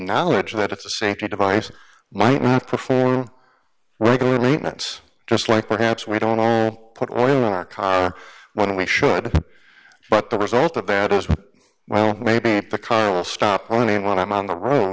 knowledge that it's a safety device might not perform regularly that's just like perhaps we don't put oil in our car when we should but the result of bad as well maybe the car will stop only when i'm on the road